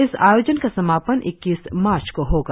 इस आयोजन का समापन इक्कीस मार्च को होगा